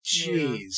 jeez